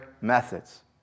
methods